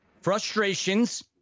frustrations